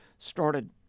started